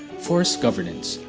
forest governance,